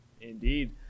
Indeed